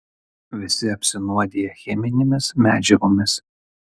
visi apsinuodiję cheminėmis medžiagomis